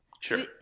Sure